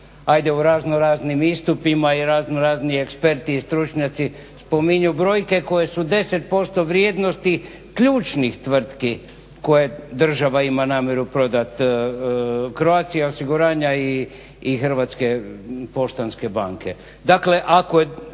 ajde u razno raznim istupima i razno razni eksperti i stručnjaci spominju brojke koje su 10% vrijednosti ključnih tvrtki koje država ima namjeru prodati. Croatia osiguranja i Hrvatske poštanske banke.